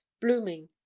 blooming